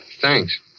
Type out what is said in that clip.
thanks